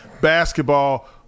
basketball